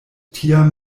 tiam